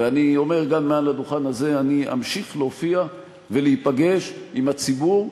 ואני אומר גם מעל הדוכן הזה: אני אמשיך להופיע ולהיפגש עם הציבור,